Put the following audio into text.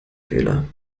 fehler